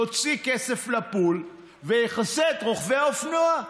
יוציא כסף לפול ויכסה את רוכבי האופנוע.